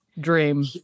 dream